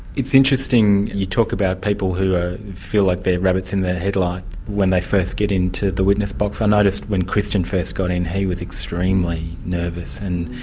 it's interesting you talk about people who feel like they're rabbits in the headlights when they first get into the witness box. i noticed when christian first got in he was extremely nervous, and